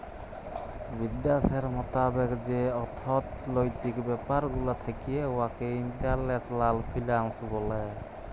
বিদ্যাশের মতাবেক যে অথ্থলৈতিক ব্যাপার গুলা থ্যাকে উয়াকে ইল্টারল্যাশলাল ফিল্যাল্স ব্যলে